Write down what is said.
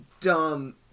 Dumb